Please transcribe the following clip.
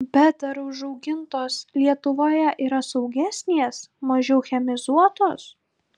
bet ar užaugintos lietuvoje yra saugesnės mažiau chemizuotos